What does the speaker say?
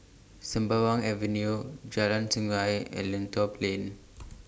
Sembawang Avenue Jalan Sungei and Lentor Plain